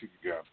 again